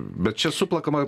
bet čia suplakama